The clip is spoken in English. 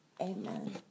Amen